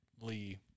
Lee